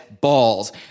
balls